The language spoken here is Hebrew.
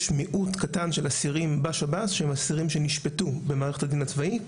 יש מיעוט קטן של אסירים בשב"ס שהם אסירים שנשפטו במערכת הדין הצבאית